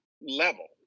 level